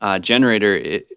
generator